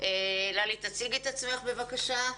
תציגי את עצמך בבקשה.